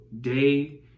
day